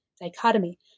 dichotomy